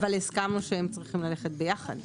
אבל הסכמנו שהם צריכים ללכת ביחד.